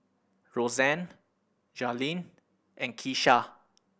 Rozanne Jailene and Kesha